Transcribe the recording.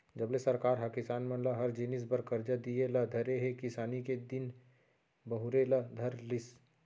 जब ले सरकार ह किसान मन ल हर जिनिस बर करजा दिये ल धरे हे किसानी के दिन बहुरे ल धर लिस